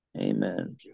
Amen